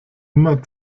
immer